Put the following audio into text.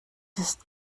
ist